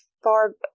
far